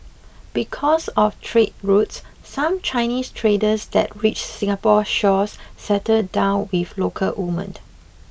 because of trade routes some Chinese traders that reached Singapore's shores settled down with local women